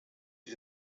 die